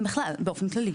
בכלל, באופן כללי.